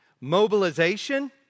mobilization